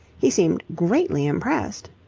he seemed greatly impressed.